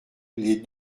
les